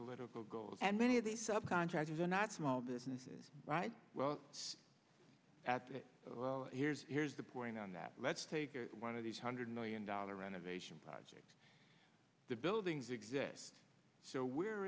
political goals and many of the subcontractors are not small businesses right well at that well here's here's the point on that let's take one of these hundred million dollar renovation project the buildings exist so where